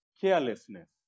carelessness